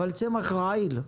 אבל צמח רעיל.